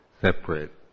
separate